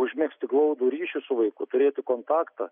užmegzti glaudų ryšį su vaiku turėti kontaktą